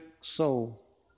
soul